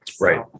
right